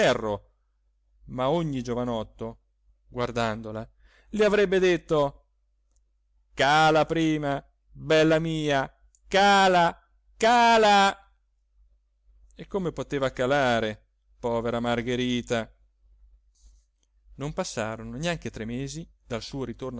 ma ogni giovanotto guardandola le avrebbe detto cala prima bella mia cala cala e come poteva calare povera margherita non passarono neanche tre mesi dal suo